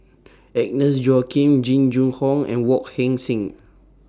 Agnes Joaquim Jing Jun Hong and Wong Heck Sing